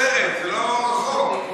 הוא צריך לנסוע עד מבשרת, זה לא רחוק.